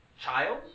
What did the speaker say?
child